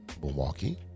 Milwaukee